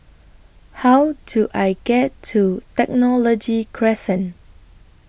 How Do I get to Technology Crescent